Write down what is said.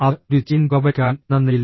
അത് ഒരു ചെയിൻ പുകവലിക്കാരൻ എന്ന നിലയിൽ